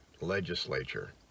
legislature